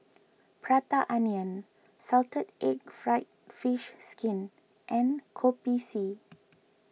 Prata Onion Salted Egg Fried Fish Skin and Kopi C